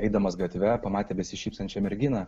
eidamas gatve pamatė besišypsančią merginą